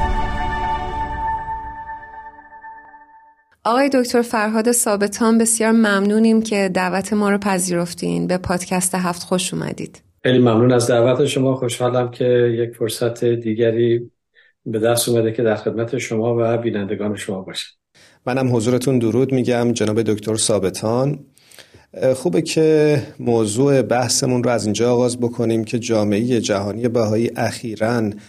آقای دکتر فرهاد ثابتان، بسیار ممنونیم که دعوت ما رو پذیرفتین. به پادکست هفت خوش اومدید. خیلی ممنون از دعوت شما. خوشحالم که یک فرصت دیگری به دست اومده که در خدمت شما و بینندگان شما باشم. منم حضورتون درود میگم جناب دکتر ثابتان. خوبه که موضوع بحثمون رو از اینجا آغاز بکنیم که جامعه جهانی بهایی اخیراً